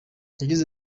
yagize